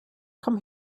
come